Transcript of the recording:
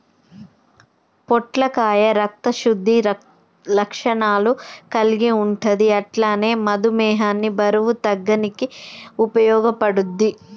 పొట్లకాయ రక్త శుద్ధి లక్షణాలు కల్గి ఉంటది అట్లనే మధుమేహాన్ని బరువు తగ్గనీకి ఉపయోగపడుద్ధి